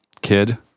kid